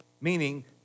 meaning